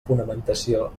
fonamentació